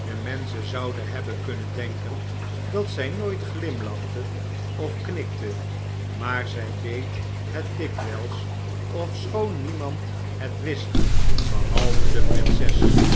de menschen zouden hebben kunnen denken dat zy nooit glimlachte of knikte maar zy deed net dikwyls ofschoon niemand het wist behalve de prinses